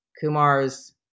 kumar's